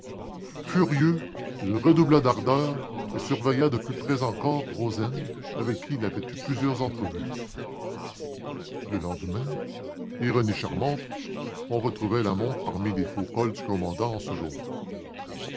furieux il redoubla d'ardeur et surveilla de plus près encore rozaine avec qui il avait eu plusieurs entrevues le lendemain ironie charmante on retrouvait la montre parmi les faux-cols du commandant en second